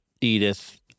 edith